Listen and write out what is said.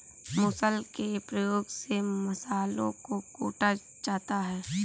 मुसल के प्रयोग से मसालों को कूटा जाता है